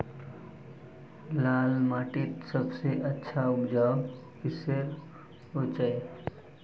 लाल माटित सबसे अच्छा उपजाऊ किसेर होचए?